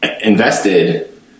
invested